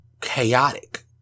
chaotic